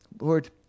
Lord